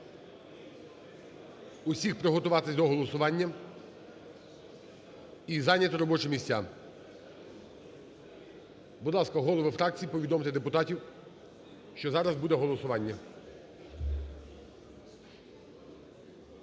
всіх приготуватись до голосування і зайняти робочі місця. Будь ласка, голови фракцій повідомте депутатів, що зараз буде голосування.